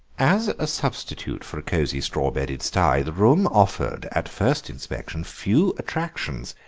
as a substitute for a cosy, straw-bedded sty the room offered, at first inspection, few attractions,